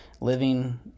living